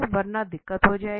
वरना दिक्कत हो जाएगी